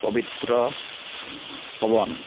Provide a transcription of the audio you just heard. পবিত্ৰ পৱন